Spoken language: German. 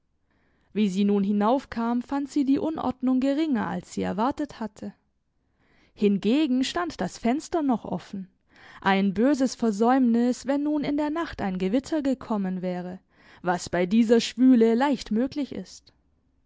wie sie nun hinaufkam fand sie die unordnung geringer als sie erwartet hatte hingegen stand das fenster noch offen ein böses versäumnis wenn nun in der nacht ein gewitter gekommen wäre was bei dieser schwüle leicht möglich ist